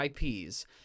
IPs